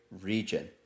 region